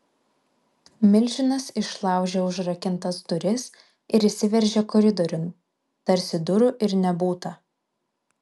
milžinas išlaužė užrakintas duris ir įsiveržė koridoriun tarsi durų ir nebūta